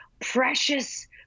precious